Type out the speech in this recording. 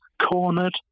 cornered